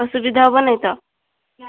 ଅସୁବିଧା ହେବନି ତ